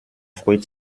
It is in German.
freut